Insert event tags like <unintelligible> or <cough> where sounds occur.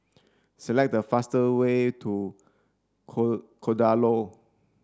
select the fastest way to <unintelligible> Kadaloor